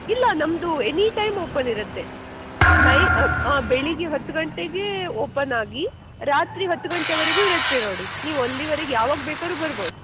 ಇಲ್ಲ ನಮ್ದು any time open ಇರುತ್ತೆ ನೈ ಬೆಳಗ್ಗೆ ಹತ್ತು ಗಂಟೆಗೇ ಓಪನಾಗಿ ರಾತ್ರಿ ಹತ್ತು ಗಂಟೆವರೆಗು ಇರುತ್ತೆ ನೋಡಿ ನೀವು ಅಲ್ಲಿವರೆಗೆ ಯಾವಾಗ ಬೇಕಾದ್ರು ಬರ್ಬೌದು